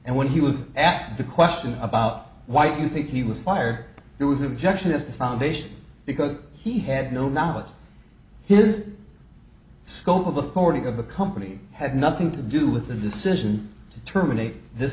and when he was asked the question about why do you think he was fired there was an objection is to foundation because he had no knowledge of his scope of authority of the company had nothing to do with the decision to terminate this